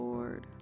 Lord